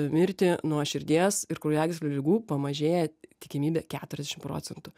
mirti nuo širdies ir kraujagyslių ligų pamažėja tikimybė keturiasdešimt procentų